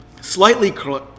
Slightly